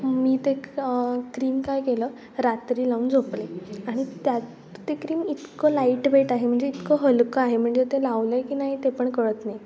मी ते क्रीम काय केलं रात्री लावून झोपले आणि त्यात ते क्रीम इतकं लाईटवेट आहे म्हणजे इतकं हलकं आहे म्हणजे ते लावलं आहे की नाही ते पण कळत नाही